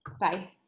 Bye